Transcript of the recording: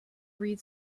read